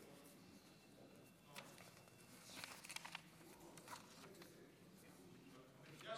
בקריאה